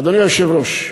אדוני היושב-ראש,